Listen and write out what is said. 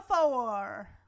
four